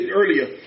earlier